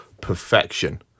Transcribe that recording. perfection